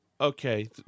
okay